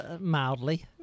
Mildly